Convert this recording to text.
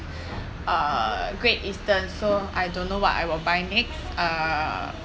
uh great eastern so I don't know what I will buy next uh